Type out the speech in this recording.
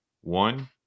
One